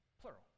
plural